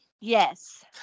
Yes